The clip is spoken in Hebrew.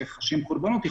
קורבנות,